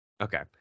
Okay